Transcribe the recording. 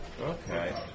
Okay